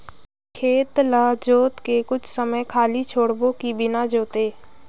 खेत ल जोत के कुछ समय खाली छोड़बो कि बिना जोते?